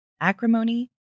Acrimony